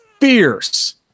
fierce